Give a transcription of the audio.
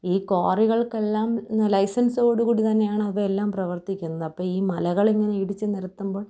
ഈ ക്വാറികൾക്കെല്ലാം ലൈസെൻസോട് കൂടി തന്നെയാണ് അവയെല്ലാം പ്രവർത്തിക്കുന്നത് അപ്പം ഈ മലകളിങ്ങനെ ഇടിച്ച് നിരത്തുമ്പോൾ